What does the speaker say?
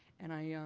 and i,